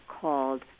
called